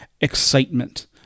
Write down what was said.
excitement